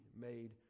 made